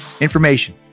information